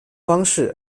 方式